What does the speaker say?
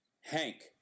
Hank